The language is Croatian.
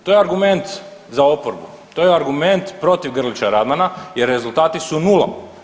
To je argument za oporbu, to je argument protiv Grlića Radmana jer rezultati su nula.